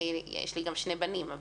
יש לי גם שני בנים,